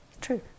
true